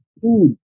food